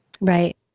Right